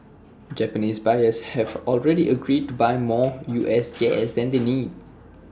Japanese buyers have already agreed to buy more U S gas than they need